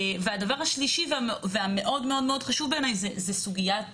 הדבר השלישי והמאוד חשוב בעיניי זה סוגיית